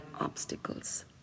obstacles